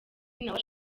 nawe